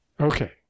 Okay